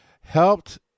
helped